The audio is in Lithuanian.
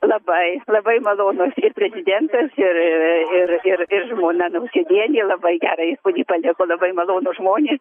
labai labai malonūs ir prezidentas ir ir ir ir žmona nausėdienė labai gerą įspūdį paliko labai malonūs žmonės